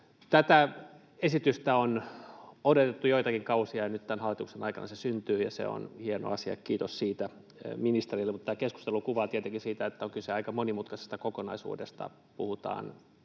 Tätä esitystä on odotettu joitakin kausia, ja nyt tämän hallituksen aikana se syntyi. Se on hieno asia — kiitos siitä ministerille — mutta tämä keskustelu kuvaa tietenkin sitä, että on kyse aika monimutkaisesta kokonaisuudesta.